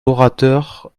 orateurs